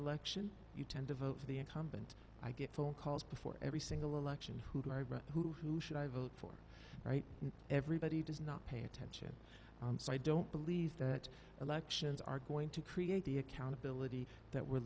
election you tend to vote for the incumbent i get phone calls before every single election who who who should i vote for right everybody does not pay attention so i don't believe that elections are going to create the accountability that we're